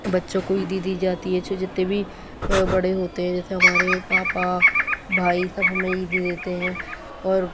بچوں کو عیدی دی جاتی ہے چھے جتنے بھی بڑے ہوتے ہیں جیسے ہمارے پاپا بھائی سب ہمیں عیدی دیتے ہیں اور